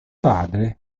padre